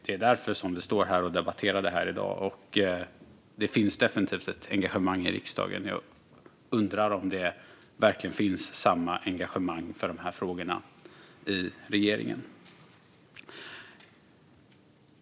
Det är därför vi debatterar det här i dag. Det finns definitivt ett engagemang för frågorna i riksdagen. Jag undrar om det verkligen finns samma engagemang i regeringen.